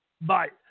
Bye